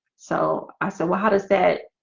so i said well, how does that?